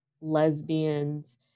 lesbians